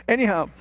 Anyhow